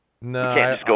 No